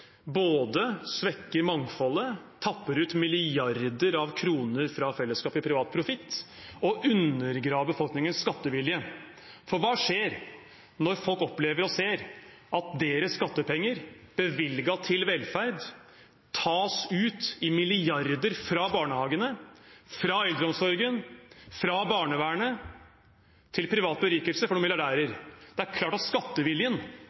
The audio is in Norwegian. både svekker mangfoldet, tapper milliarder av kroner fra fellesskapet til privat profitt og undergraver befolkningens skattevilje. For hva skjer når folk ser og opplever at deres skattepenger, bevilget til velferd, tas ut i milliarder fra barnehagene, fra eldreomsorgen, fra barnevernet – til privat berikelse for milliardærer? Det er klart at skatteviljen